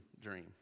dream